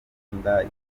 imbunda